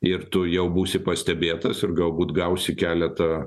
ir tu jau būsi pastebėtas ir galbūt gausi keletą